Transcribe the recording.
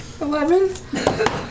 Eleven